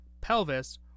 pelvis